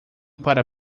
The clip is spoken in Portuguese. para